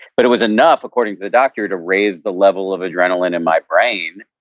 but it was enough according to the doctor to raise the level of adrenaline in my brain,